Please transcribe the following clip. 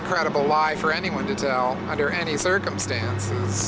incredible lie for anyone to tell under any circumstance